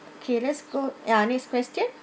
okay let's go ya next question